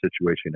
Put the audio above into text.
situation